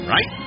Right